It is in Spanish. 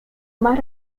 más